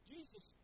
Jesus